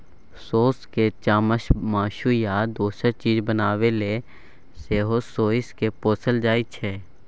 सोंइस केर चामसँ मासु या दोसर चीज बनेबा लेल सेहो सोंइस केँ पोसल जाइ छै